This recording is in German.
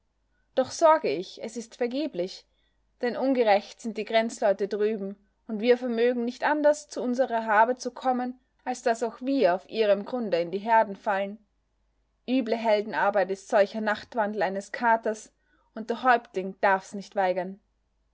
doch sorge ich es ist vergeblich denn ungerecht sind die grenzleute drüben und wir vermögen nicht anders zu unserer habe zu kommen als daß auch wir auf ihrem grunde in die herden fallen üble heldenarbeit ist solcher nachtwandel eines katers und der häuptling darf's nicht weigern